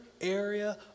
area